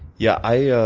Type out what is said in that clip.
yeah, i yeah